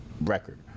record